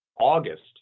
August